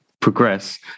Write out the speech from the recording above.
progress